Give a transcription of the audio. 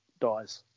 dies